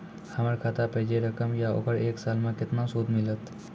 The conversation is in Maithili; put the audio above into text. हमर खाता पे जे रकम या ओकर एक साल मे केतना सूद मिलत?